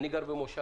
אני גר במושב.